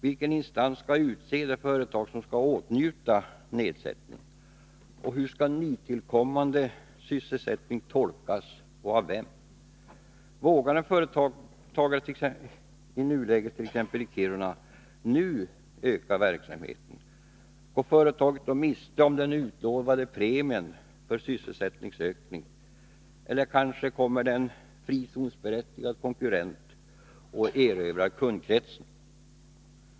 Vilken instans skall utse de företag som skall åtnjuta nedsättning? Hur skall begreppet ”nytillkommande sysselsättning” tolkas och av vem? Vågar en företagare it.ex. Kiruna i nuläget öka verksamheten? Går företaget då miste om den utlovade premien vid sysselsättningsökning? Eller kommer kanske en ”frizonsberättigad” konkurrent och erövrar kundkretsen?